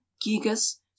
gigas